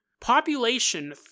Population